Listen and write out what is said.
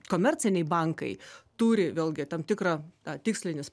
komerciniai bankai turi vėlgi tam tikrą tikslinis